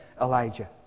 Elijah